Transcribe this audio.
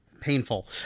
painful